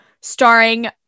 starring